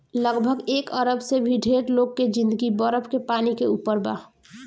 लगभग एक अरब से भी ढेर लोग के जिंदगी बरफ के पानी के ऊपर बा